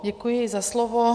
Děkuji za slovo.